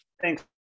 Thanks